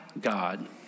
God